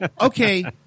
Okay